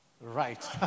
right